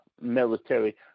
military